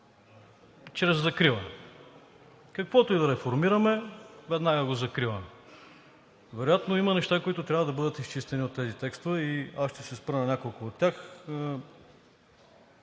чрез закриване – каквото и да реформираме, веднага го закриваме. Вероятно има неща, които трябва да бъдат изчистени от тези текстове, и ще се спря на няколко от тях.